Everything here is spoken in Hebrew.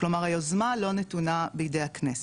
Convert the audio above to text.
כלומר היוזמה לא נתונה בידי הכנסת.